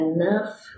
enough